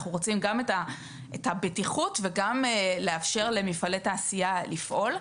אנחנו רוצים גם את הבטיחות וגם לאפשר למפעלי תעשייה לפעול,